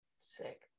Sick